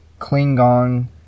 klingon